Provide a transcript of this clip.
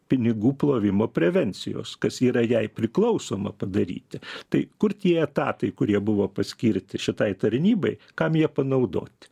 pinigų plovimo prevencijos kas yra jei priklausoma padaryti tai kur tie etatai kurie buvo paskirti šitai tarnybai kam ją panaudoti